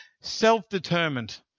self-determined